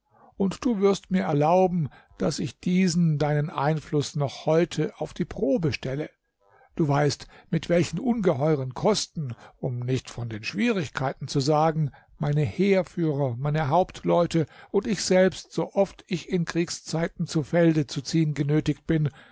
und du wirst mir erlauben daß ich diesen deinen einfluß noch heute auf die probe stelle du weißt mit welchen ungeheuren kosten um nichts von den schwierigkeiten zu sagen meine heerführer meine hauptleute und ich selbst sooft ich in kriegszeiten zu felde zu ziehen genötigt bin